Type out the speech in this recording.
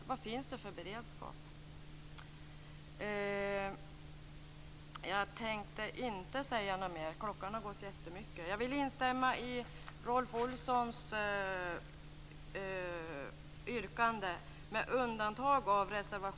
Vad finns det för beredskap?